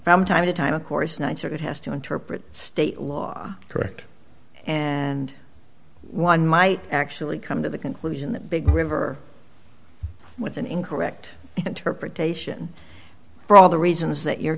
from time to time of course th circuit has to interpret state law correct and one might actually come to the conclusion that big river was an incorrect interpretation for all the reasons that you're